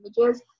images